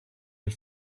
had